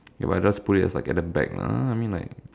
if I just put it like as at the back lah I mean like